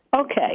Okay